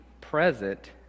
present